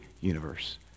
universe